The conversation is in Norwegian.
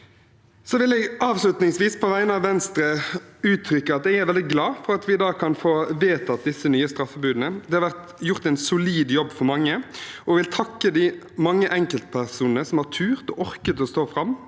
vegne av Venstre uttrykke at jeg er veldig glad for at vi i dag kan få vedtatt disse nye straffebudene. Det har vært gjort en solid jobb for mange, og jeg vil takke de mange enkeltpersonene som har turt og orket å stå fram,